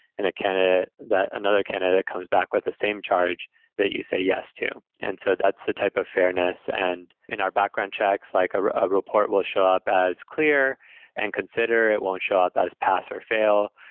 and that another candidate comes back with the same charge that you say yes to. and so that's the type of fairness, and in our background checks, like a report will show up as clear and consider it won't show up as pass or fail.